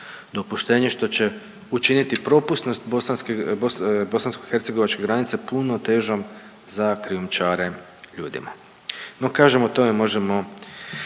dopuštenje, što će učiniti propusnost bosanskohercegovačke granice puno težom za krijumčare ljudima, no kažem o tome možemo